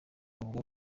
avuga